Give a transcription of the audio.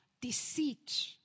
deceit